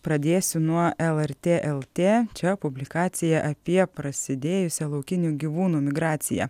pradėsiu nuo lrt lt čia publikacija apie prasidėjusią laukinių gyvūnų migraciją